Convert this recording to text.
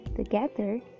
together